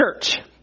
church